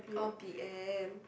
oh P_M